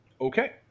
Okay